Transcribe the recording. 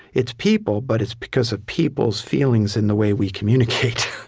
it's people, but it's because of people's feelings and the way we communicate.